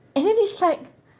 and then it's like